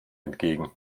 entgegen